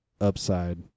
upside